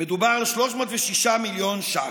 לממשלה של שלוש שנים מדובר על 306 מיליון שקלים.